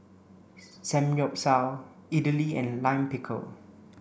Samgyeopsal Idili and Lime Pickle